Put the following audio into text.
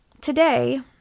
Today